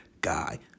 guy